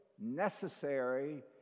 necessary